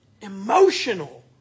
emotional